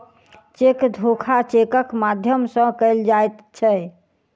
cheque धोखा चेकक माध्यम सॅ कयल जाइत छै